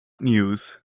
news